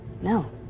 No